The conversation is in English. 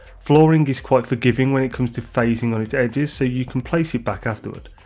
flooring is quite forgiving when it come to phasing on it's edges, so you can place it back afterward,